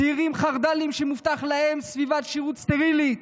צעירים חרד"לים, שמובטחת להם סביבת שירות סטרילית,